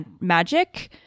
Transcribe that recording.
magic